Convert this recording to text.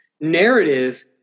narrative